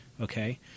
okay